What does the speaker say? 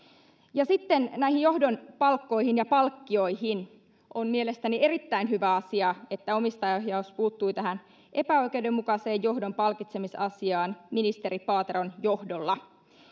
ja sitten näihin johdon palkkoihin ja palkkioihin on mielestäni erittäin hyvä asia että omistajaohjaus puuttui tähän epäoikeudenmukaiseen johdon palkitsemisasiaan ministeri paateron johdolla